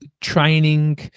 training